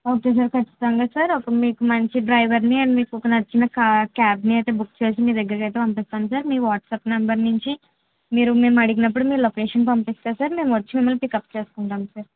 okay sir ఖచ్చితంగా sir మీకు ఒక మంచి డ్రైవర్ని మీకు నచ్చిన క్యాబ్ని బుక్ చేసి మీ దగ్గరకి అయితే పంపిస్తాను సార్ మీ వాట్సాప్ నెంబర్ నుంచి మీరు మేము అడిగినప్పుడు లొకేషన్ పంపిస్తే సార్ నేను వచ్చి మిమ్మల్ని పికప్ చేసుకుంటాం సార్